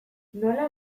nola